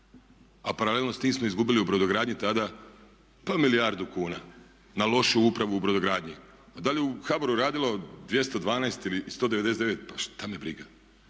a paralelno s tim smo izgubili u brodogradnji tada pa milijardu kuna, na lošu upravu u brodogradnji. A da li je u HBOR-u radilo 212 ili 199 pa šta me briga.